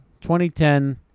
2010